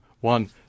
one